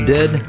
Dead